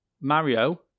Mario